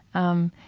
um,